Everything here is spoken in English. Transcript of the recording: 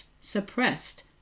suppressed